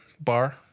bar